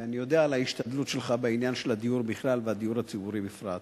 אני יודע על ההשתדלות שלך בעניין של הדיור בכלל והדיור הציבורי בפרט.